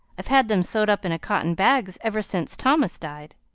i've had them sewed up in cotton bags ever since thomas died,